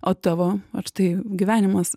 o tavo ar tai gyvenimas